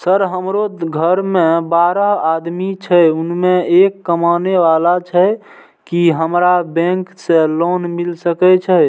Sir हमरो घर में बारह आदमी छे उसमें एक कमाने वाला छे की हमरा बैंक से लोन मिल सके छे?